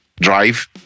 drive